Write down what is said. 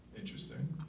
interesting